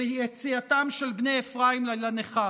ביציאתם של בני אפרים לניכר.